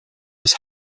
was